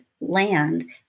land